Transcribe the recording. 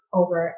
over